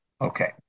Okay